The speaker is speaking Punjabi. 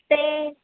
ਅਤੇ